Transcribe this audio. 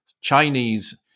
Chinese